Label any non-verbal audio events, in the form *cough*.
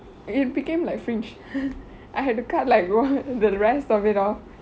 it became like fringe *laughs* I had to cut like the rest of it all